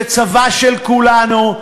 זה צבא של כולנו,